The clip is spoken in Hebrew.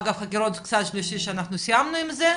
אגב, חקירות צד שלישי שאנחנו סיימנו עם זה,